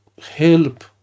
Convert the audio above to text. help